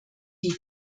die